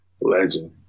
Legend